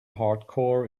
hardcore